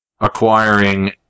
acquiring